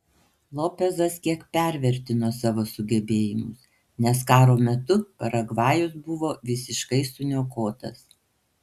lopezas kiek pervertino savo sugebėjimus nes karo metu paragvajus buvo visiškai suniokotas